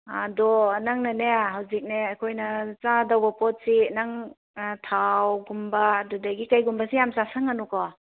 ꯑꯗꯣ ꯅꯪꯅꯅꯦ ꯍꯧꯖꯤꯛꯅꯦ ꯑꯩꯈꯣꯏꯅ ꯆꯥꯗꯧꯕ ꯄꯣꯠꯁꯤ ꯅꯪ ꯊꯥꯎꯒꯨꯝꯕ ꯑꯗꯨꯗꯒꯤ ꯀꯩꯒꯨꯝꯕꯁꯦ ꯌꯥꯝ ꯆꯥꯁꯤꯟꯒꯅꯨꯀꯣ